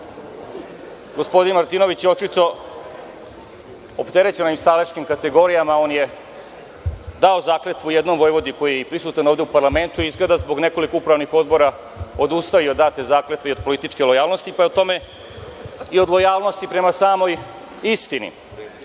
gospodin Martinović je očito opterećen ovim staleškim kategorijama. On je dao zakletvu jednom vojvodi koji je prisutan ovde u parlamentu i izgleda zbog nekoliko upravnih odbora odustao je i od date zakletve i političke lojalnosti, pa i od lojalnosti prema samoj